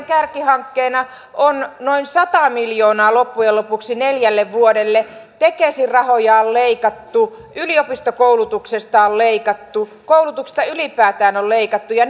kärkihankkeena on noin sata miljoonaa loppujen lopuksi neljälle vuodelle tekesin rahoja on leikattu yliopistokoulutuksesta on leikattu koulutuksesta ylipäätään on leikattu ja